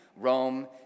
Rome